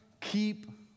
keep